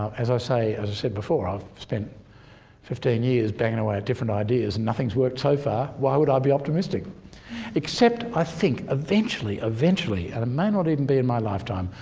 as i say, as i said before, i've spent fifteen years banging away at different ideas and nothing's worked so far. why would i be optimistic except i think eventually, eventually, and it may not even be in my lifetime,